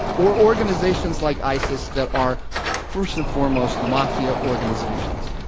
or organizations like isis that are first and foremost mafia organizations.